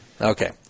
Okay